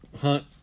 hunt